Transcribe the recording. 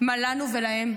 מה לנו ולהם.